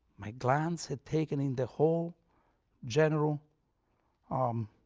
my glance had taken in the whole general um